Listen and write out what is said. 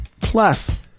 Plus